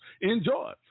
enjoy